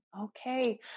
Okay